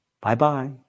Bye-bye